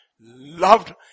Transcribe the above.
Loved